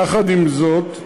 יחד עם זאת,